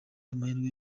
amahirwe